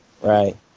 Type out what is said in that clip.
Right